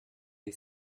est